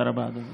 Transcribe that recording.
תודה רבה, אדוני.